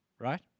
right